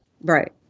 Right